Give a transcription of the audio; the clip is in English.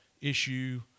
issue